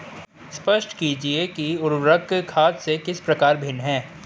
स्पष्ट कीजिए कि उर्वरक खाद से किस प्रकार भिन्न है?